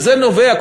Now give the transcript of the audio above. וזה נובע,